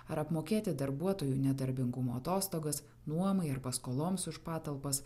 ar apmokėti darbuotojų nedarbingumo atostogas nuomai ar paskoloms už patalpas